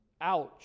Ouch